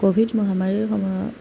Covid মহামাৰীৰ সময়ত